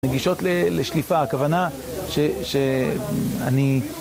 מגישות לשליפה, הכוונה שאני...